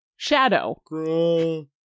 Shadow